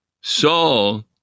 Saul